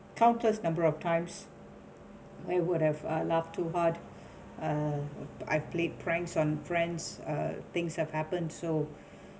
countless number of times when would have uh laugh too hard uh I played pranks on friends uh things have happened so